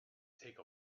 take